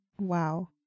wow